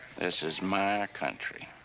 this is my country,